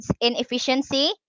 inefficiency